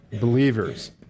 believers